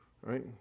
right